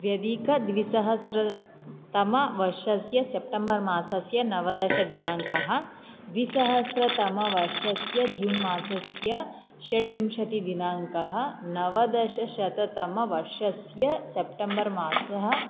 द्व्यधिकद्विसहस्रतमवर्षस्य September मासस्य नवदशदिनाङ्कः द्विसहस्रतमवर्षस्य जून् मासस्य षड्विंशतिदिनाङ्कः नवदशशततमवर्षस्य सेप्ट्म्बर् मासः